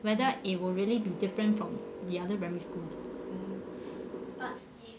whether it will really be different from the other primary school or not